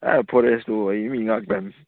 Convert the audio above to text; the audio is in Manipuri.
ꯑꯥꯏ ꯐꯣꯔꯦꯁꯇꯨ ꯑꯩ ꯃꯤ ꯉꯥꯛꯇꯅꯤ